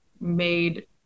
made